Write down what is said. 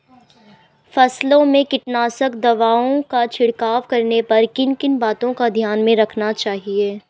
फसलों में कीटनाशक दवाओं का छिड़काव करने पर किन किन बातों को ध्यान में रखना चाहिए?